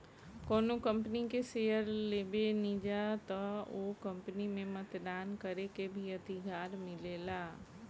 कौनो कंपनी के शेयर लेबेनिजा त ओ कंपनी में मतदान करे के भी अधिकार मिलेला